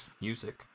Music